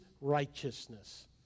righteousness